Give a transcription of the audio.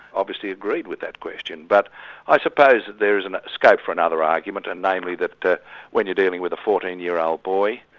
obviously agreed with that question. but i suppose there is and scope for another argument and namely that that when you're dealing with a fourteen year old boy,